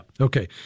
Okay